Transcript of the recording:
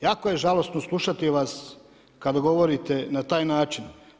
Jako je žalosno slušati vas, kad govorite na taj način.